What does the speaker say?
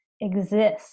exist